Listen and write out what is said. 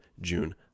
June